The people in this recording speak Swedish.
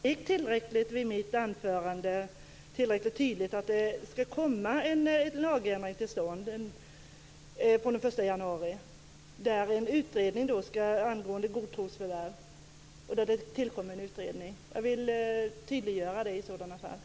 Herr talman! Jag vet inte om det framgick tillräckligt tydligt av mitt anförande att det skall komma en lagändring till stånd den 1 januari. Det tillkommer en utredning om godtrosförvärv. Jag vill tydliggöra det, om det inte framgick.